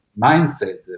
mindset